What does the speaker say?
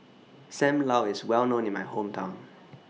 SAM Lau IS Well known in My Hometown